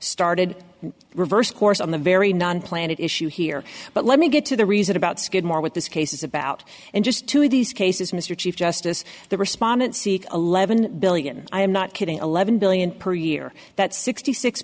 started reversed course on the very non planet issue here but let me get to the reason about skidmore with this case is about just two of these cases mr chief justice the respondent seek eleven billion i am not kidding eleven billion per year that sixty six